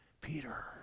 Peter